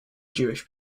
jewish